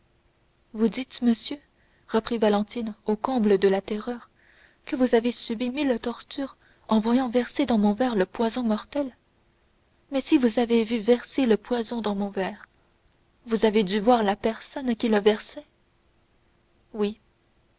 vous dites monsieur reprit valentine au comble de la terreur que vous avez subi mille tortures en voyant verser dans mon verre le poison mortel mais si vous avez vu verser le poison dans mon verre vous avez dû voir la personne qui le versait oui